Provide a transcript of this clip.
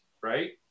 right